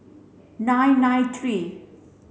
nine nine three